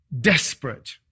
desperate